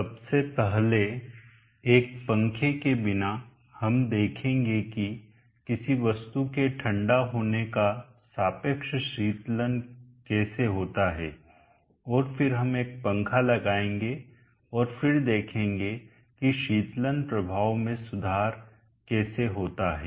सबसे पहले एक पंखे के बिना हम देखेंगे कि किसी वस्तु के ठंडा होने का सापेक्ष शीतलन कैसे होता है और फिर हम एक पंखा लगाएंगे और फिर देखेंगे कि शीतलन प्रभाव में सुधार कैसे होता है